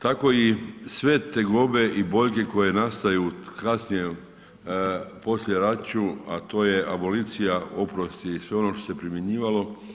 Tako i sve tegobe i boljke koje nastaju u krasnijem poslijeraću, a to je abolicija, oprost i sve ono što se primjenjivalo.